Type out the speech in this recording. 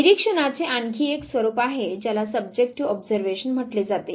निरीक्षणाचे आणखी एक स्वरूप आहे ज्याला सब्जेक्टिव ऑब्झर्वेशन म्हटले जाते